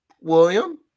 William